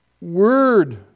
word